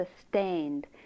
sustained